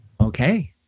Okay